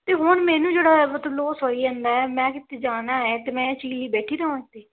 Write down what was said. ਅਤੇ ਹੁਣ ਮੈਨੂੰ ਜਿਹੜਾ ਮਤਲਬ ਲੋਸ ਹੋਇਆ ਇੰਨਾ ਮੈਂ ਕਿਤੇ ਜਾਣਾ ਹੈ ਅਤੇ ਮੈਂ ਇਸ ਚੀਜ਼ ਲਈ ਬੈਠੀ ਰਹਾਂ ਇੱਥੇ